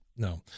no